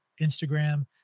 Instagram